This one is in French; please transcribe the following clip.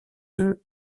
œufs